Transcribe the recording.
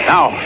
Now